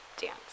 dance